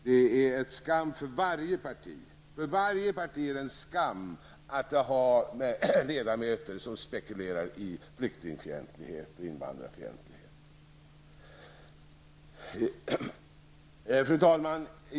Det är en skam för varje parti att ha ledamöter som spekulerar i flykting och invandrarfientlighet! Fru talman!